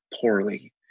poorly